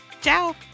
Ciao